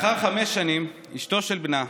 לאחר חמש שנים אשתו של בנה